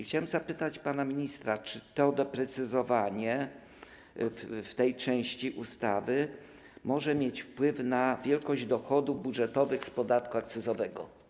Chciałbym zapytać pana ministra, czy to doprecyzowanie w tej części ustawy może mieć wpływ na wielkość dochodów budżetowych z tytułu podatku akcyzowego?